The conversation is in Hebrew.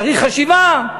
צריך חשיבה,